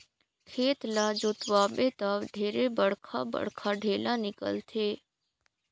खेत ल जोतवाबे त ढेरे बड़खा बड़खा ढ़ेला निकलथे